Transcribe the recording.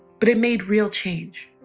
but it made real change.